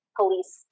police